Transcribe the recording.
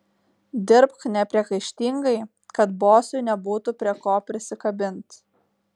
dirbk nepriekaištingai kad bosui nebūtų prie ko prisikabint